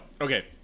okay